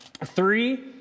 Three